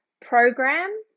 program